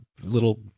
little